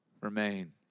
Remain